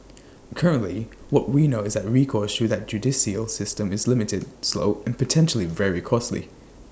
currently what we know is that recourse through that judicial system is limited slow and potentially very costly